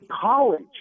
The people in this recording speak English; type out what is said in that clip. college